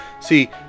see